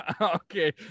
okay